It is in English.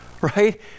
right